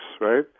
right